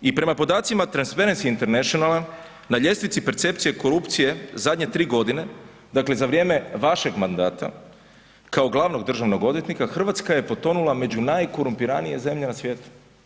i prema podacima Transparency Internationala na ljestvici percepcije korupcije zadnje 3 godine, dakle za vrijeme vašeg mandata kao glavnog državnog odvjetnika Hrvatska je potonula među najkorumpiranije zemlje na svijetu.